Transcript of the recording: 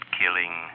killing